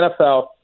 nfl